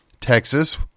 Texas